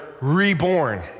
reborn